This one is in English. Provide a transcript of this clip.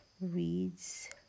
reads